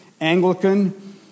Anglican